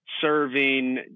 serving